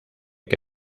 que